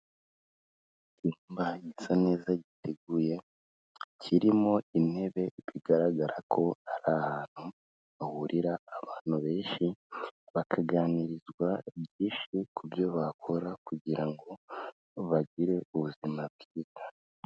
Icyumba gisa neza giteguye, kirimo intebe bigaragara ko ari ahantu hahurira abantu benshi, bakaganirizwa byinshi ku byo bakora kugira ngo bagire ubuzima bwiza.